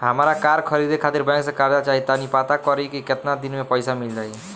हामरा कार खरीदे खातिर बैंक से कर्जा चाही तनी पाता करिहे की केतना दिन में पईसा मिल जाइ